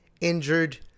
injured